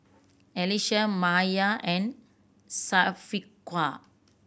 Alyssa Maya and Syafiqah